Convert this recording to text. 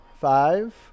Five